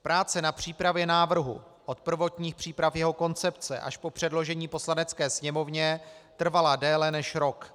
Práce na přípravě návrhu od prvotních příprav jeho koncepce až po předložení Poslanecké sněmovně trvala déle než rok.